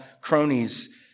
cronies